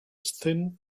thin